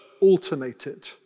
alternated